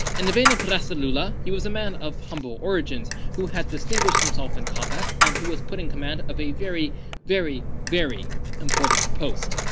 in the vein of ras alula, he was a man of humble origins who had distinguished himself in combat, and who was put in command of a very very important post.